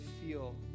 feel